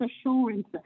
assurance